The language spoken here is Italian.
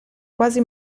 quasi